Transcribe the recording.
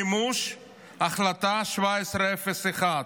מימוש החלטה 1701,